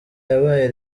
yabaye